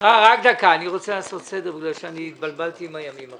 רגע, אני רוצה לעשות סדר בגלל שהתבלבלתי עם הימים.